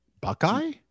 Buckeye